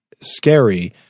scary